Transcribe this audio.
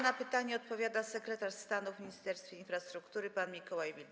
Na pytanie odpowiada sekretarz stanu w Ministerstwie Infrastruktury pan Mikołaj Wild.